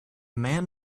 man